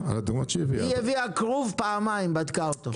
--- היא הביאה כרוב פעמיים בדקה אותו.